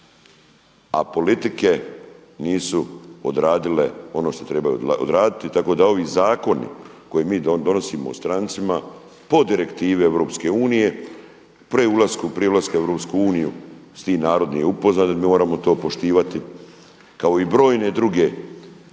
a politike nisu odradile ono što trebaju odraditi. Tako da ovi zakoni koje mi donosimo o strancima po direktivi EU prije ulaska u EU s tim narod nije upozoren. Mi moramo poštivati kao i brojne druge